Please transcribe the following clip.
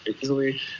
easily